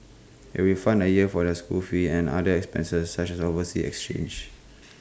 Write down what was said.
IT will fund A year for their school fees and other expenses such as overseas exchanges